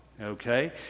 okay